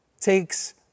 takes